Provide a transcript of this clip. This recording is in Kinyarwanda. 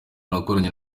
nakoranye